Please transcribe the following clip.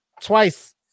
twice